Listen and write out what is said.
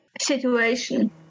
situation